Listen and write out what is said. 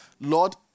Lord